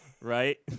Right